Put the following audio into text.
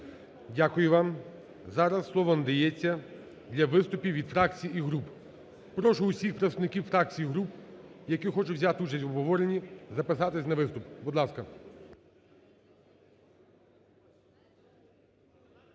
Дякую вам. Зараз слово надається для виступів від фракцій і груп. Прошу всіх представників фракція і груп, які хочуть взяти участь в обговоренні, записатись на виступ. Будь ласка.